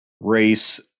race